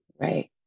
right